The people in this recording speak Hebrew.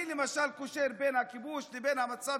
אני למשל קושר בין הכיבוש לבין המצב